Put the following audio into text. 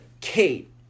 Kate